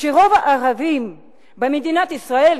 שרוב הערבים במדינת ישראל,